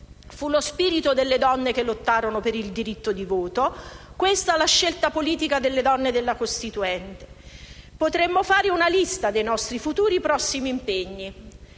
fu lo spirito delle donne che lottarono per il riconoscimento del diritto di voto e questa la scelta politica delle donne dell'Assemblea costituente. Potremmo fare una lista dei nostri futuri prossimi impegni: